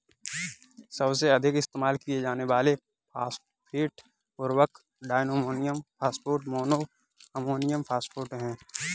सबसे अधिक इस्तेमाल किए जाने वाले फॉस्फेट उर्वरक diammonium phosphate, mono ammonium phosphate हैं